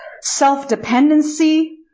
self-dependency